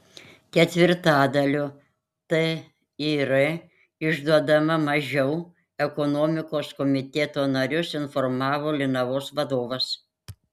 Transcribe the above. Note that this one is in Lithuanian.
ketvirtadaliu tir išduodama mažiau ekonomikos komiteto narius informavo linavos vadovas